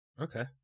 Okay